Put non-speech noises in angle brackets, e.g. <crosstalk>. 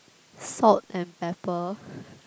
salt and pepper <breath>